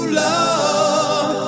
love